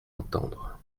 entendre